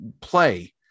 play